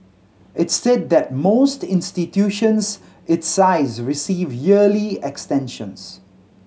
it said that most institutions its size receive yearly extensions